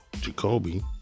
Jacoby